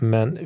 Men